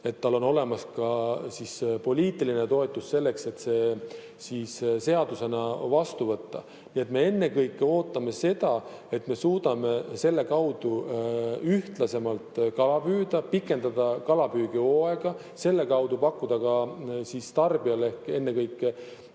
et on olemas poliitiline toetus selleks, et see seadusena vastu võtta. Me ennekõike ootame seda, et me suudame selle kaudu ühtlasemalt kala püüda, pikendada kalapüügihooaega, selle kaudu pakkuda ka tarbijale ehk ennekõike